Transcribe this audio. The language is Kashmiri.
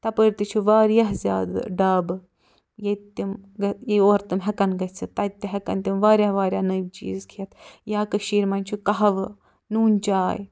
تپٲرۍ تہِ چھُ وارِیاہ زیادٕ ڈابہٕ ییٚتہِ تِم یور تِم ہٮ۪کن گٔژھِتھ تَتہِ تہِ ہٮ۪کن تِم وارِیاہ وارِیاہ نٔوۍ چیٖز کھٮ۪تھ یا کٔشیٖرِ منٛز چھُ کہوٕ نوٗن چاے